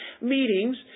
meetings